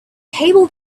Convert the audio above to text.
table